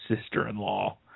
sister-in-law